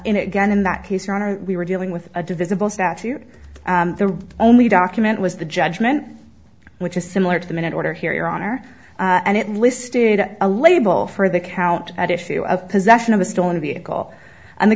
in again in that case your honor we were dealing with a divisible statute the only document was the judgment which is similar to the minute order here your honor and it listed a label for the count at issue of possession of a stolen vehicle and the